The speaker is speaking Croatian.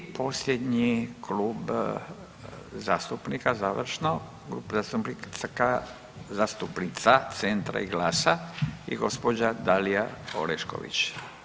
I posljednji klub zastupnika završno Klub zastupnica Centra i GLAS-a i gospođa Dalija Orešković.